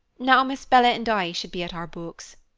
now miss bella and i should be at our books.